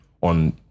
on